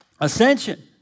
ascension